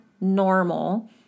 normal